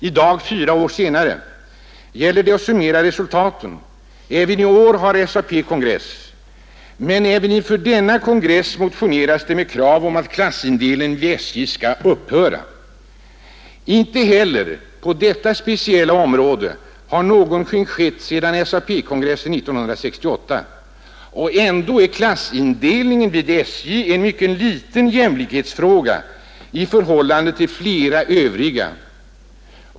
I dag, fyra år senare, gäller det att summera resultaten. Även i år har SAP kongress. Men också inför denna kongress motioneras det om att klassindelningen vid SJ skall upphöra. Inte heller på detta speciella område har någonting skett sedan SAP-kongressen 1968, och ändå är borttagandet av klassindelningen vid SJ en mycket liten jämlikhetsfråga i förhållande till flera övriga.